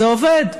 זה עובד.